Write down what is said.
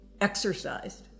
exercised